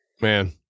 Man